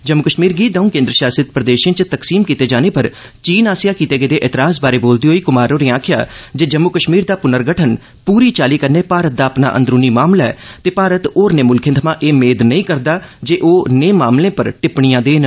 जम्मू कश्मीर गी दौं केन्द्र शासित प्रदेशें च तकसीम कीते जाने पर चीन आसेआ कीते गेदे ऐतराज बारै बोलदे होई कुमार होरें आखेआ जे पुर्नगठन पूरी चाल्ली कन्नै भारत दा अपना अंदरूनी मामला ऐ ते मारत होरने मुल्खे थमा एह मेद नेई करना जे ओह नेय मामले पर टिप्पणियां देन